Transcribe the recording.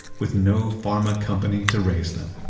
with no pharma company to raise them